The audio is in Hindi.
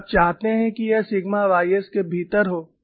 और आप चाहते हैं कि यह सिग्मा ys के भीतर हो